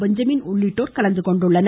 Benjamin உள்ளிட்டோர் கலந்து கொண்டனர்